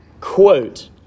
quote